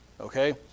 Okay